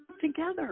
Together